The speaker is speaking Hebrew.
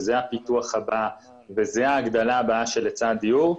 היא הפיתוח הבא וזו ההגדלה הבאה של היצע הדיור.